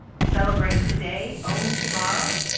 celebrate today, own tomorrow!